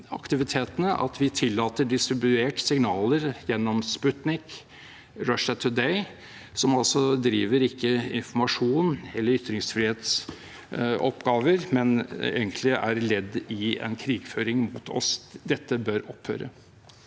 at vi tillater distribuert signaler gjennom Sputnik og Russia Today, som ikke driver med informasjons- eller ytringsfrihetsoppgaver, men egentlig er ledd i en krigføring mot oss. Dette bør opphøre.